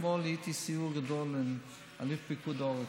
אתמול הייתי בסיור גדול עם אלוף פיקוד העורף,